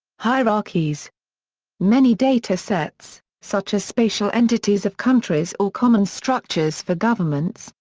hierarchies many data sets, such as spatial entities of countries or common structures for governments,